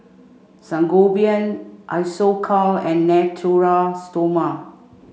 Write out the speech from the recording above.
Sangobion Isocal and Natura Stoma